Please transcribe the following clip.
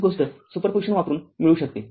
तीच गोष्ट super position खूप वेळ घेते